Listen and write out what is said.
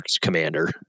commander